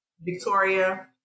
Victoria